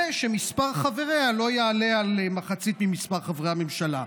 ושמספר חבריה לא יעלה על מחצית ממספר חברי הממשלה",